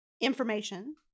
information